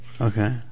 Okay